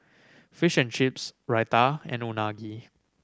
Fish and Chips Raita and Unagi